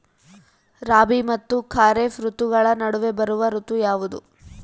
ರಾಬಿ ಮತ್ತು ಖಾರೇಫ್ ಋತುಗಳ ನಡುವೆ ಬರುವ ಋತು ಯಾವುದು?